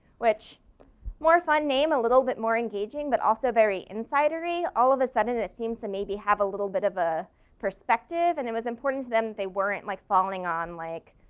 which more fun name a little bit more engaging, but also very inside every all of a sudden it seems to maybe have a little bit of a perspective and it was important to them they weren't like falling on like,